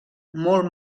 molt